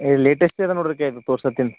ಏ ಲೇಟೆಸ್ಟ್ ಅದ ನೋಡ್ರಿ ಚೈನು ತೋರ್ಸತೀನಿ